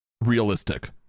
realistic